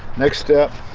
next step